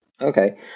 Okay